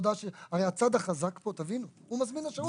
הרי הצד החזק פה, תבינו, הוא מזמין השירות.